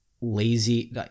Lazy